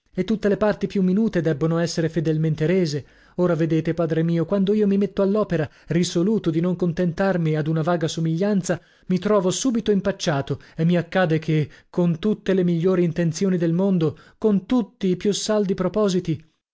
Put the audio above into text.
e tutte le parti più minute debbono essere fedelmente rese ora vedete padre mio quando io mi metto all'opera risoluto di non contentarmi ad una vaga somiglianza mi trovo subito impacciato e mi accade che con tutte le migliori intenzioni del mondo con tutti i più saldi propositi